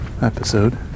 episode